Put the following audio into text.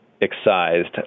excised